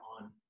on